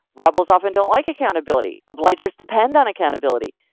rebels often don't like accountability obligers depend on accountability.